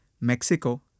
Mexico